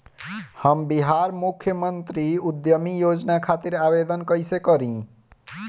हम बिहार मुख्यमंत्री उद्यमी योजना खातिर आवेदन कईसे करी?